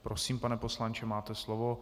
Prosím, pane poslanče, máte slovo.